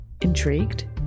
Intrigued